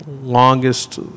longest